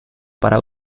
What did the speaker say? para